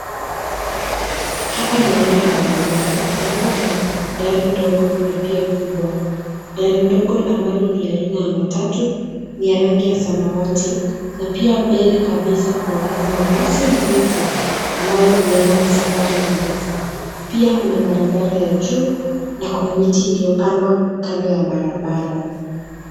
Hapa ni eneo la barabara ambapo kuna gari ndogo na pia kubwa. Gari ndogo ambalo ni aina ya matatu ni ya rangi ya samawati na pia mbele kabisa kunaonekana basi mrefu ambayo ueda masafara marefu. Pia kuna barabara ya juu na kuna miti iliyopandwa kando ya barabara.